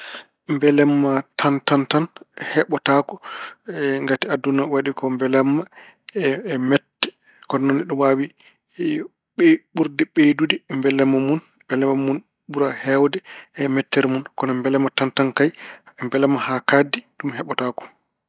Mbelamma tan tan heɓotaako ngati aduna waɗi ko mbelamma e mette. Kono neɗɗo ene waawi ɓeyd- ɓurde ɓeydude mbelamma mun. Mbelamma mun, ɓura heewde e mettere mun. Kono mbelamma tan tan kayi, mbelamma haa kaaɗdi, ɗum heɓotaako.